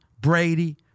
Brady